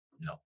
No